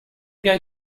going